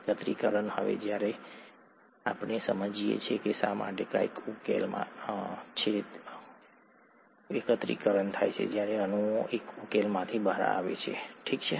એકત્રીકરણ હવે જ્યારે હવે આપણે સમજીએ છીએ કે શા માટે કંઈક ઉકેલમાં છે એકત્રીકરણ થાય છે જ્યારે અણુઓ ઉકેલમાંથી બહાર આવે છે ઠીક છે